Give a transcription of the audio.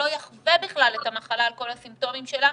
אחווה בכלל את המחלה על כל הסימפטומים שלה,